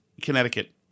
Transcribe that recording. Connecticut